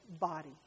body